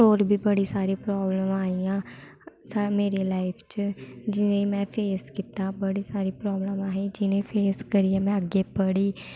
होर बी बड़ी सारी प्राब्लमां आइयां मेरी लाईफ च जि'नेंगी में फेस कीता बड़ी सारी प्राब्लमां अहें जि'नेंगी फेस करियै में अग्गें पढ़ी